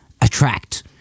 attract